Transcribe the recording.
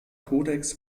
codex